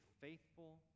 faithful